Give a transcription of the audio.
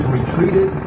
retreated